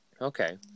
okay